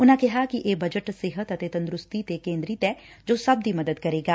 ਉਨਾਂ ਕਿਹਾ ਕਿ ਇਹ ਬਜਟ ਸਿਹਤ ਅਤੇ ਤੰਦਰੁਸਤੀ ਤੇ ਕੇਦਰਿਤ ਐ ਜੋ ਸਭ ਦੀ ਮਦਦ ਕਰੇਗਾ